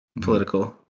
political